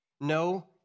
No